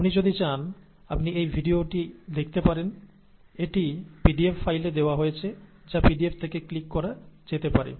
আপনি যদি চান আপনি এই ভিডিওটি দেখতে পারেন এটি পিডিএফ ফাইলে দেওয়া হয়েছে যা পিডিএফ থেকে ক্লিক করা যেতে পারে